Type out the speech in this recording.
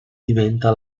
diventa